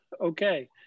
Okay